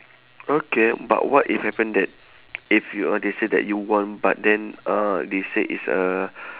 okay but what if happen that if you uh they say that you won but then uh they say it's uh